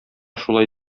шулай